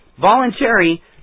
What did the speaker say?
Voluntary